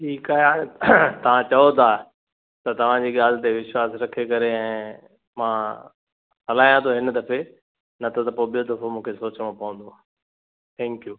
ठीकु आहे हाणे तव्हां चओ था त तव्हां जी ॻाल्हि ते विश्वासु रखी करे ऐं मां हलायां थो हिन दफ़े न त त पोइ ॿियो दफ़ो मूंखे सोचिणो पवंदो थैंक यू